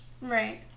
Right